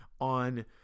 on